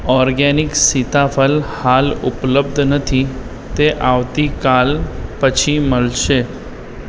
organic સીતાફળ હાલ ઉપલબ્ધ નથી તે આવતીકાલ પછી મળશે